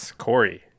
Corey